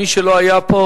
מי שלא היה פה,